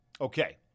Okay